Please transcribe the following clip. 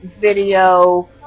video